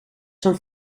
zijn